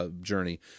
journey